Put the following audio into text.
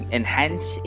enhance